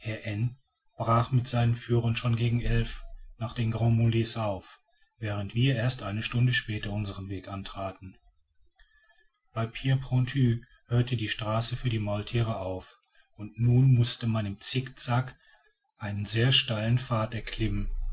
brach mit seinen führern schon gegen elf uhr nach den grands mulets auf während wir erst eine stunde später unsern weg antraten bei pierre pointue hört die straße für die maulthiere auf und nun muß man im zickzack einen sehr steilen pfad erklimmen